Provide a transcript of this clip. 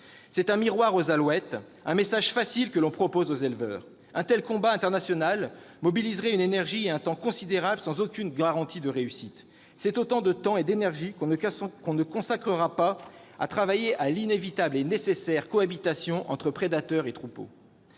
C'est un miroir aux alouettes, un message facile que l'on propose aux éleveurs. Un tel combat international mobiliserait une énergie et un temps considérables sans aucune garantie de réussite. C'est autant de temps et d'énergie qu'on ne consacrera pas à travailler à l'inévitable et nécessaire cohabitation entre prédateurs et troupeaux.